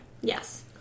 Yes